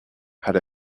had